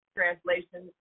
translation